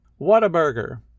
Whataburger